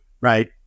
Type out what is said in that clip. right